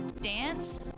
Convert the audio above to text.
dance